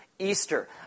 Easter